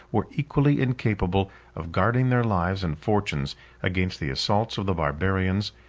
were equally incapable of guarding their lives and fortunes against the assaults of the barbarians,